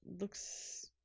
looks